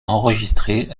enregistré